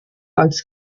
als